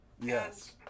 Yes